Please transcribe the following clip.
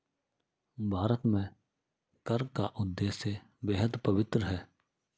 भारत में कर का उद्देश्य बेहद पवित्र है